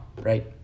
right